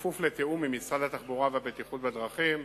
בכפוף לתיאום עם משרד התחבורה והבטיחות בדרכים,